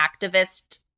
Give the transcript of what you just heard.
activist